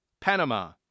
Panama